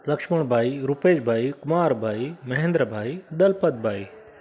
लक्ष्मण भाई रूपेश भाई कुमार भाई महेंद्र भाई दलपत भाई